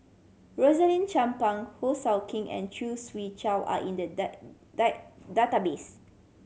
Rosaline Chan Pang Ho Sou King and Khoo Swee Chiow are in the database